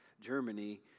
Germany